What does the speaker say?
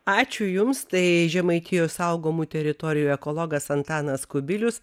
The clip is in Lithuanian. ačiū jums tai žemaitijos saugomų teritorijų ekologas antanas kubilius